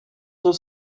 for